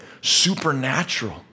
supernatural